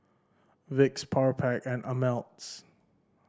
Vicks Powerpac and Ameltz